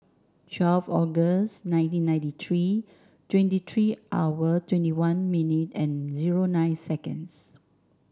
twelve August nineteen ninety three twenty three hour twenty one minute and zero nine seconds